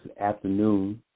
afternoon